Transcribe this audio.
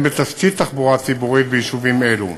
בתקציב התחבורה הציבורית ביישובים אלו.